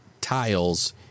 tiles